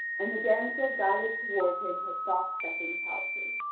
and the damsel guided toward him her soft-stepping palfrey.